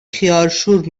خیارشور